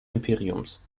imperiums